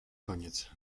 koniec